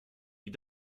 die